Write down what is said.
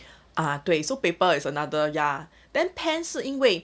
ah 对 so paper is another ya then pens 是因为